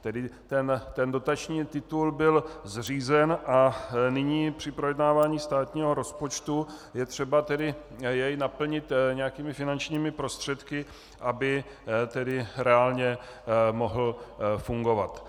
Tedy ten dotační titul byl zřízen a nyní při projednávání státního rozpočtu je třeba jej naplnit nějakými finančními prostředky, aby reálně mohl fungovat.